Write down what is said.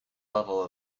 level